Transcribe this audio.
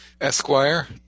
Esquire